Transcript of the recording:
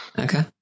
Okay